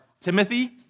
Timothy